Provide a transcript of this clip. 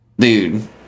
Dude